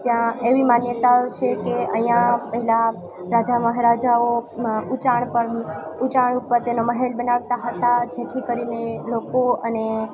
ત્યાં એવી માન્યતા છે કે અહીંયાં પહેલાં રાજા મહારાજાઓમાં ઉંચાણ પરનું ઉંચાણ ઉપર તેનો મહેલ બનાવતા હતા જેથી કરીને લોકો અને